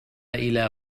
إلى